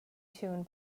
tune